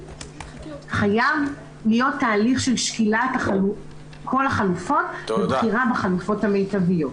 חייב להיות תהליך של שקילת כל החלופות ובחירה בחלופות המיטביות.